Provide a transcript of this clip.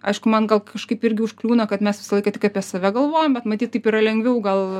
aišku man gal kažkaip irgi užkliūna kad mes visą laiką tik apie save galvojam bet matyt taip yra lengviau gal